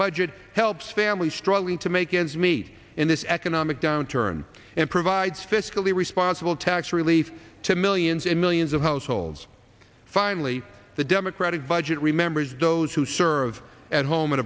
budget helps families struggling to make ends meet in this economic downturn and provides fiscally responsible tax relief to millions and millions of households finally the democratic budget remembers those who serve at home and